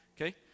okay